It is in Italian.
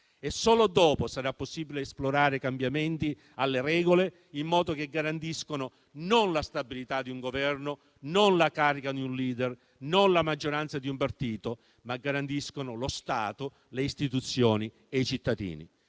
Solo dopo sarà possibile esplorare cambiamenti alle regole, in modo che garantiscano non la stabilità di un Governo, non la carica di un *leader*, non la maggioranza di un partito, ma lo Stato, le istituzioni e i cittadini.